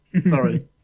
Sorry